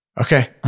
Okay